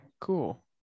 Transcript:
cool